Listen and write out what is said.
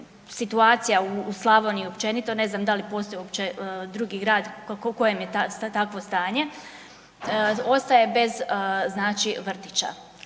situacija u Slavoniji općenito, ne znam da li postoji uopće drugi grad u kojem je takvo stanje, ostaje bez znači